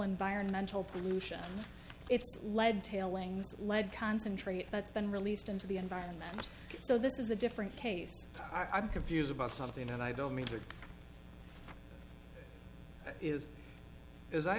environmental pollution it's lead tailings lead concentrate that's been released into the environment so this is a different case i'm confused about something and i don't mean there is as i